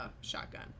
shotgun